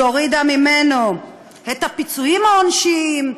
היא הורידה ממנו את הפיצויים העונשיים,